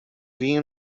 vinho